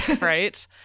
right